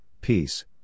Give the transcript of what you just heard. peace